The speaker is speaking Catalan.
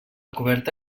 coberta